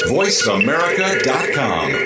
voiceamerica.com